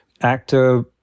actor